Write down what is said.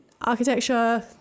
architecture